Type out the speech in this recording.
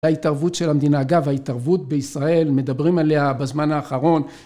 ההתערבות של המדינה, אגב, ההתערבות בישראל, מדברים עליה בזמן האחרון